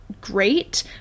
great